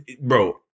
Bro